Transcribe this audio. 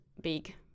big